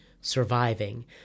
surviving